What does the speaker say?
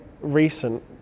recent